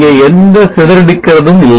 இங்கே எந்த சிதறடிக்கிறதும் இல்லை